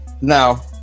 Now